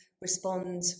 respond